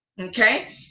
okay